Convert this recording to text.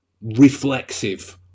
reflexive